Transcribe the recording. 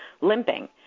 limping